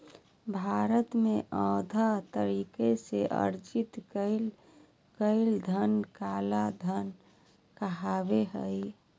भारत में, अवैध तरीका से अर्जित कइल गेलय धन काला धन कहलाबो हइ